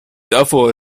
davor